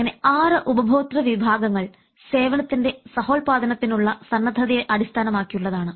അങ്ങനെ ആറ് ഉപഭോത്യ വിഭാഗങ്ങൾ സേവനത്തിൻറെ സഹോത്പാദനത്തിനുള്ള സന്നദ്ധതയെ അടിസ്ഥാനമാക്കിയുള്ളതാണ്